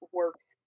works